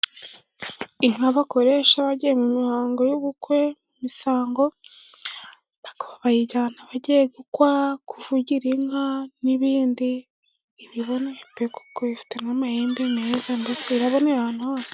Inkaba bakoresha bagiye mu mihango y'ubukwe, imisango, bakaba bayijyana bagiye gukwakwa, kuvugira inka n'ibindi, iba ibone pe! Kuko ifite amahembe meza, ndetse iraboneye ahantu hose.